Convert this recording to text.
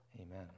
Amen